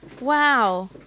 Wow